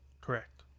Correct